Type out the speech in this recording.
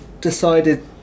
decided